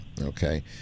okay